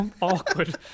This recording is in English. awkward